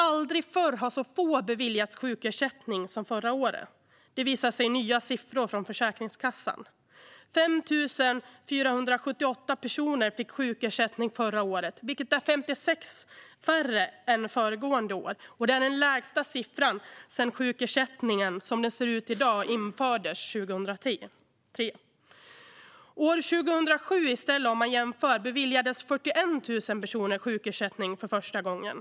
Aldrig förr har så få beviljats sjukersättning som förra året, visar nya siffror från Försäkringskassan. 5 478 personer fick sjukersättning förra året, vilket är 56 färre än föregående år. Det är den lägsta siffran sedan sjukersättningen, som den ser ut i dag, infördes 2003. År 2007 beviljades 41 000 personer sjukersättning för första gången.